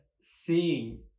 seeing